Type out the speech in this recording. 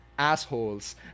Assholes